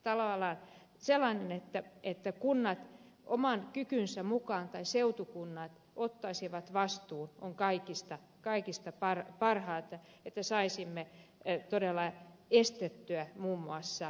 tavallaan sellainen ratkaisu että kunnat tai seutukunnat oman kykynsä mukaan ottaisivat vastuun on kaikista paras että saisimme todella estettyä muun muassa slummien syntymistä